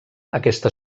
aquesta